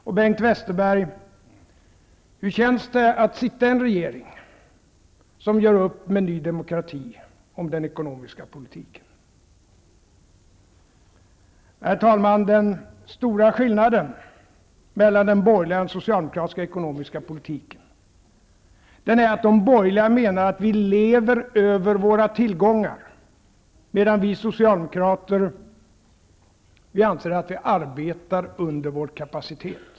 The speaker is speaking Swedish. Till Bengt Westerberg: Hur känns det att sitta i en regering som gör upp med Ny demokrati om den ekonomiska politiken? Herr talman! Den stora skillnaden mellan den borgerliga och den socialdemokratiska ekonomiska politiken är att de borgerliga menar att vi lever över våra tillgångar, medan vi socialdemokrater anser att vi arbetar under vår kapacitet.